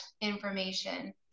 information